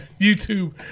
youtube